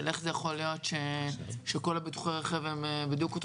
של איך זה יכול להיות שכל ביטוחי הרכב הם בדיוק אותו